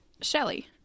Shelley